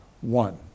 one